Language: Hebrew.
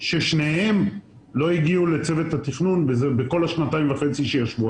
ששניהם לא הגיעו לצוות התכנון בכל השנתיים וחצי שהצוות ישב.